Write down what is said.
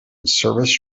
service